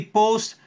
post